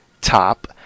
top